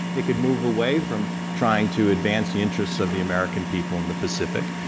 it could move away from trying to advance the interests of the american people in the pacific.